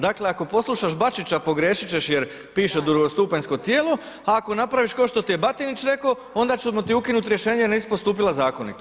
Dakle, ako poslušaš Bačića pogriješit ćeš jer piše drugostupanjsko tijelo, a ako napraviš kao što ti je Batinić rekao onda ćemo ti ukinuti rješenje, nisi postupila zakonito.